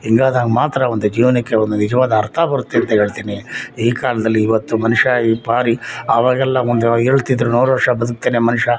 ಹಿಂಗಾದಾಗ ಮಾತ್ರ ಒಂದು ಜೀವನಕ್ಕೆ ಒಂದು ನಿಜವಾದ ಅರ್ಥ ಬರುತ್ತೆ ಅಂತ ಹೇಳ್ತೀನಿ ಈ ಕಾಲದಲ್ಲಿ ಈವತ್ತು ಮನುಷ್ಯ ಈ ಬಾರಿ ಆವಾಗೆಲ್ಲ ಒಂದು ಹೇಳ್ತಿದ್ರು ನೂರು ವರ್ಷ ಬದುಕ್ತಾನೆ ಮನುಷ್ಯ